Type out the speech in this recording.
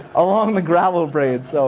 along the gravel braids. so